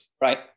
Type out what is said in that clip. Right